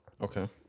Okay